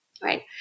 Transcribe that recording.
Right